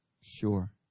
Sure